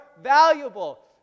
valuable